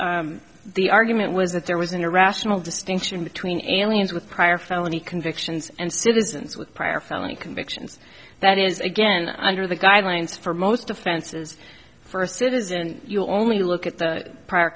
the argument was that there was an irrational distinction between aliens with prior felony convictions and citizens with prior felony convictions that is again under the guidelines for most offenses for a citizen you only look at the prior